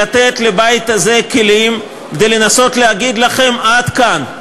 לתת לבית הזה כלים כדי לנסות להגיד לכם: עד כאן,